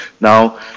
Now